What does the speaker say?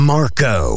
Marco